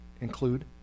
include